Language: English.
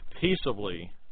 peaceably